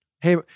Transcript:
Hey